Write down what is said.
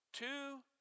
Two